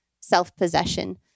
self-possession